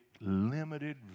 limited